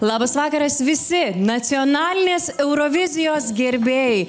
labas vakaras visi nacionalinės eurovizijos gerbėjai